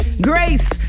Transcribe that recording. grace